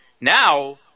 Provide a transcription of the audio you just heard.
now